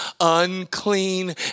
unclean